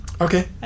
Okay